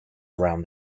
around